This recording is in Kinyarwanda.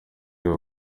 iyo